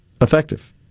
effective